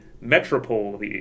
metropole